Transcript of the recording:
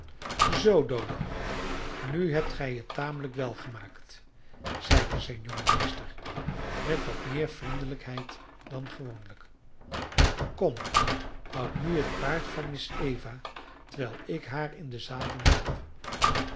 zoo dodo nu hebt gij het tamelijk wel gemaakt zeide zijn jonge meester met wat meer vriendelijkheid dan gewoonlijk kom houd nu het paard van miss eva terwijl ik haar in den zadel help